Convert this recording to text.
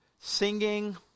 singing